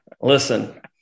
Listen